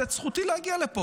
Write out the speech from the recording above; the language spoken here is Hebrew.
אפשרתי לך להגיב.